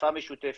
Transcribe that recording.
שפה משותפת,